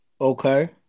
Okay